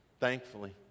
thankfully